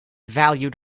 valued